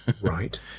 right